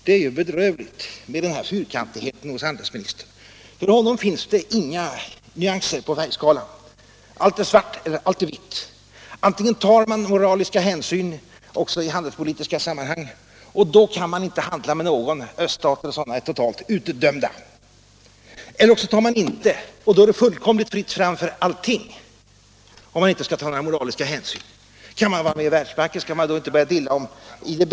Det är ju bedrövligt med den här fyrkantigheten hos handelsministern. För honom finns det inga nyanser på färgskalan. Allt är svart eller allt är vitt. Antingen tar man moraliska hänsyn också i handelspolitiska sammanhang, och då kan man inte handla med någon — öststater t.ex. är totalt utdömda -— eller också tar man inte sådana hänsyn, och då är det fullkomligt fritt fram för allting. Kan Sverige vara med Världsbanken, skall man inte börja dilla om IDB.